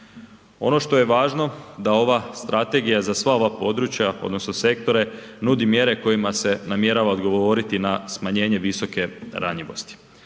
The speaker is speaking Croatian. Ono što je važno da ova Strategija za sva ova područja odnosno sektore nudi mjere kojima se namjerava odgovoriti na smanjenje visoke ranjivosti.